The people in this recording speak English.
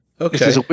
Okay